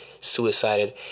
suicided